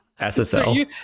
SSL